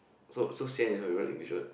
so so sian is not even English word